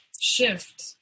shift